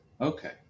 Okay